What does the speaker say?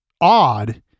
odd